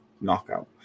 knockout